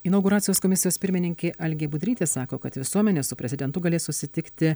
inauguracijos komisijos pirmininkė algė budrytė sako kad visuomenė su prezidentu galės susitikti